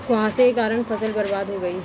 कुहासे के कारण फसल बर्बाद हो गयी